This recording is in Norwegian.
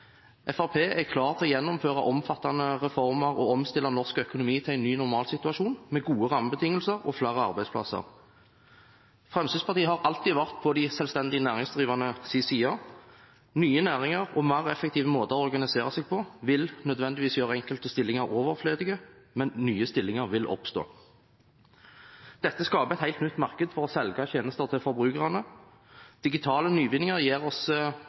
er klar til å gjennomføre omfattende reformer og omstille norsk økonomi til en ny normalsituasjon, med gode rammebetingelser og flere arbeidsplasser. Fremskrittspartiet har alltid vært på de selvstendig næringsdrivendes side. Nye næringer og mer effektive måter å organisere seg på vil nødvendigvis gjøre enkelte stillinger overflødige, men nye stillinger vil oppstå. Dette skaper et helt nytt marked for å selge tjenester til forbrukerne. Digitale nyvinninger gir oss